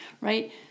right